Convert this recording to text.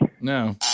No